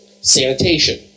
sanitation